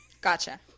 gotcha